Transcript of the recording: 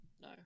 No